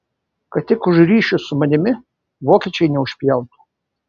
kad tik už ryšius su manimi vokiečiai neužpjautų